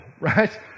right